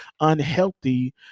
unhealthy